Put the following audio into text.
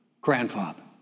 grandfather